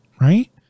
right